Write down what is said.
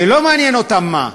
שלא מעניין אותם מה,